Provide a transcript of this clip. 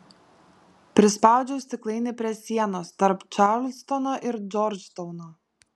prispaudžiau stiklainį prie sienos tarp čarlstono ir džordžtauno